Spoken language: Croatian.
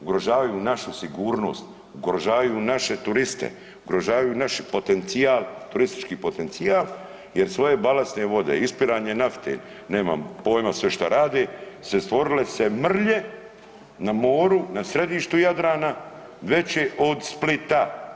Ugrožavaju našu sigurnost, ugrožavaju naše turiste, ugrožavaju naš potencijal, turistički potencijal jer svoje balastne vode, ispiranje nafte, nemam pojma sve što rade stvorile su se mrlje na moru, na središtu Jadrana veće od Splita.